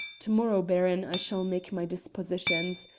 to-morrow, baron, i shall make my dispositions.